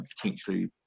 potentially